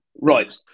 Right